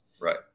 Right